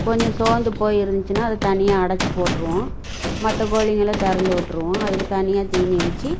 கொஞ்சம் சோர்ந்து போய் இருந்துச்சின்னா அதை தனியாக அடைச்சி போட்டுருவோம் மற்ற கோழிங்களை திறந்து விட்டுருவோம் அதுக்கு தனியாக தீணி வச்சி